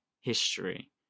history